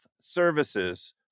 Services